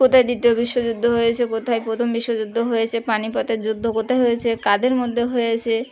কোথায় দ্বিতীয় বিশ্বযুদ্ধ হয়েছে কোথায় প্রথম বিশ্বযুদ্ধ হয়েছে পানিপথের যুদ্ধ কোথায় হয়েছে কাদের মধ্যে হয়েছে